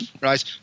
right